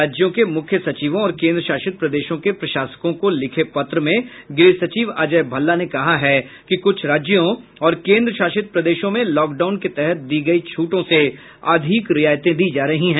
राज्यों के मुख्य सचिवों और केन्द्र शासित प्रदेशों के प्रशासकों को लिखे पत्र में गृह सचिव अजय भल्ला ने कहा है कि कुछ राज्यों और केन्द्र शासित प्रदेशों में लॉकडाउन के तहत दी गई छूटों में अधिक रियायतें दी जा रही हैं